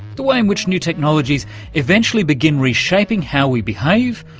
the way in which new technologies eventually begin reshaping how we behave,